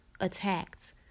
attacked